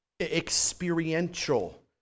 experiential